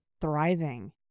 thriving